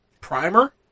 Primer